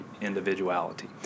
individuality